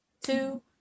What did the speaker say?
two